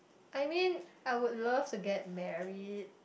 I mean I would love to get married